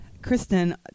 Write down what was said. Kristen